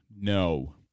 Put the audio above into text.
no